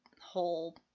whole